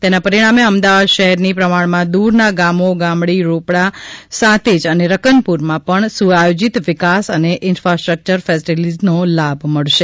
તેના પરીણામે અમદાવાદ શહેરથી પ્રમાણમાં દૂરના ગામો ગામડી રોપડા સાંતેજ અને રકનપુરમાં પણ સુઆયોજીત વિકાસ અને ઇન્ફાસ્ટ્રચર ફેસેલિટીઝનો લાભ મળશે